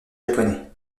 japonais